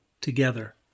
together